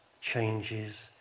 changes